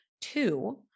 Two